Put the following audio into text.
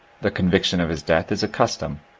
the conviction of his death is a custom,